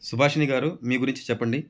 సుభాషిణి గారు మీ గురించి చెప్పండి